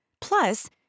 Plus